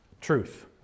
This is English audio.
truth